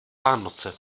vánoce